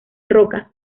rocas